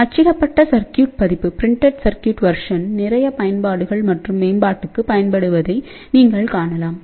அச்சிடப்பட்ட சர்க்யூட் பதிப்பை நிறைய பயன்பாடுகள் மற்றும் மேம்பாட்டுக்கு பயன்படுத்தப்படுவதை நீங்கள் காணலாம்